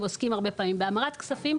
הם עוסקים הרבה פעמים בהמרת כספים.